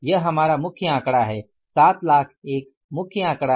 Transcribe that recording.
यह हमारा मुख्य आंकड़ा है 7 लाख एक मुख्य आंकड़ा है